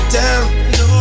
down